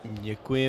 Děkuji.